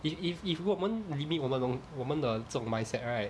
if if if 我们 limit 我们我们的这种 mindset right